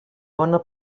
bona